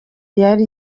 yari